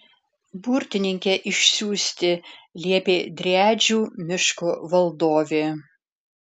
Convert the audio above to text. burtininkę išsiųsti liepė driadžių miško valdovė